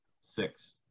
Six